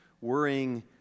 worrying